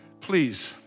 Please